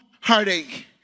heartache